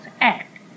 act